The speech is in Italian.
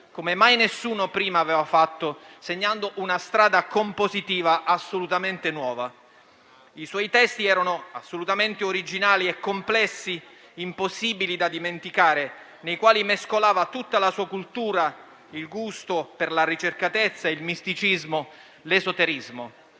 come mai nessuno prima aveva fatto, segnando una strada compositiva assolutamente nuova. I suoi testi erano assolutamente originali e complessi, impossibili da dimenticare e nei quali mescolava tutta la sua cultura, il gusto per la ricercatezza, il misticismo e l'esoterismo.